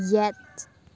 ꯌꯦꯠ